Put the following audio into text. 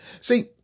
See